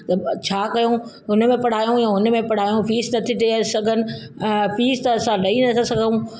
छा कयूं हुनमें पढ़ायूं या हुनमें पढ़ायूं फीस त नथा ॾे सघनि ऐं फीस त असां ॾेई नथा सघूं